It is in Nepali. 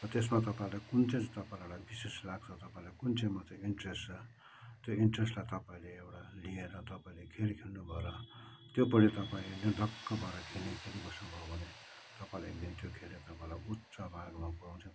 र त्यसमा तपाईँलाई कुन चाहिँ तपाईँलाई विशेष लाग्छ तपाईँलाई कुन चाहिँमा चाहिँ इन्ट्रेस छ त्यो इन्ट्रेसलाई तपाईँले एउटा लिएर तपाईँले खेल खेल्नु भयो र त्योपट्टि तपाईँ निर्धक्क भएर खेलै खेलिबस्नु भयो भने तपाईँलाई एकदिन त्यो खेलले तपाईँलाई उच्च मार्गमा पुऱ्याउँछै पुऱ्याउँछ